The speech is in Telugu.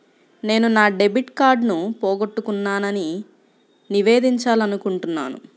నేను నా డెబిట్ కార్డ్ని పోగొట్టుకున్నాని నివేదించాలనుకుంటున్నాను